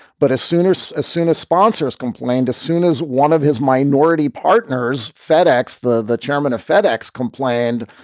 but as soon as as soon as sponsors complained, as soon as one of his minority partners, fedex, the the chairman of fedex, complained,